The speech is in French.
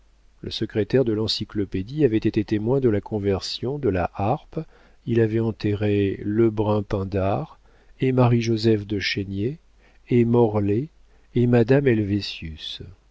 le sectaire de l'encyclopédie avait été témoin de la conversion de la harpe il avait enterré lebrun pindare et marie joseph de chénier et morellet et madame